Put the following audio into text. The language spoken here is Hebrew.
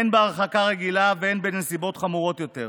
הן בהרחקה רגילה והן בנסיבות חמורות יותר.